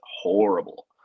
horrible